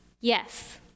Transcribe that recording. Yes